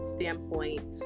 standpoint